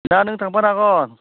दा नों थांफानो हागोन